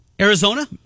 Arizona